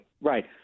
Right